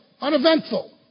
Uneventful